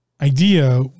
idea